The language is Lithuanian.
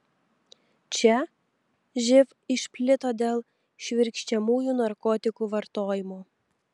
čia živ išplito dėl švirkščiamųjų narkotikų vartojimo